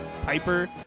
Piper